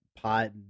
pot